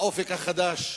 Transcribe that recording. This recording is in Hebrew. ה"אופק חדש"